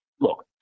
look